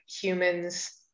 humans